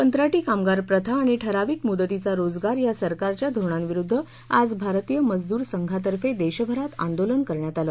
कंत्राटी कामगार प्रथा आणि ठराविक मुदतीचा रोजगार या सरकारच्या धोरणांविरुध्द आज भारतीय मजद्र संघातफे देशभरात आंदोलन करण्यात आलं